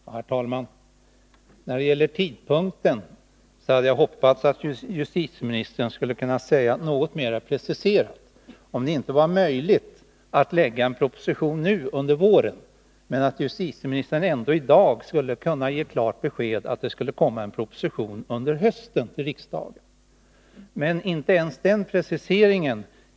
Herr talman! När det gäller tidpunkten hade jag hoppats på en något bättre precisering från justitieministerns sida. Om det inte är möjligt att lägga fram en proposition under våren, hade jag ändå hoppats att justitieministern i dag skulle ha kunnat ge oss ett klart besked om att det kommer att läggas fram en proposition under hösten. Men svaret på frågan innehåller inte ens den preciseringen.